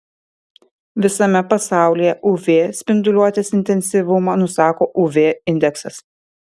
visame pasaulyje uv spinduliuotės intensyvumą nusako uv indeksas